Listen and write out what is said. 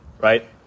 right